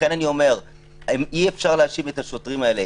לכן אני אומר שאי-אפשר להאשים את השוטרים האלה,